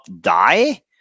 die